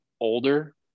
older